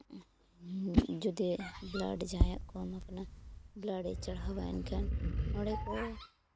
ᱡᱩᱫᱤ ᱵᱞᱟᱰ ᱡᱟᱦᱟᱸᱭᱟᱜ ᱠᱚᱢ ᱠᱟᱱᱟ ᱵᱞᱟᱰᱮ ᱪᱟᱲᱦᱟᱣᱟ ᱮᱱᱠᱷᱟᱱ ᱱᱚᱸᱰᱮ ᱠᱚ